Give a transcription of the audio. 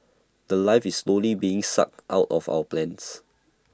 The Life is slowly being sucked out of our plants